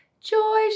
Joy